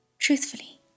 Truthfully